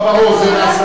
ברור, זה נעשה.